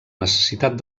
necessitat